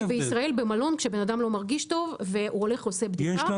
כי במלון בישראל כשאדם לא מרגיש טוב הוא הולך לעשות בדיקה